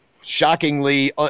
shockingly –